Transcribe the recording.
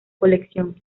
colección